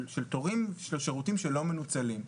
של שירותים שלא מנוצלים,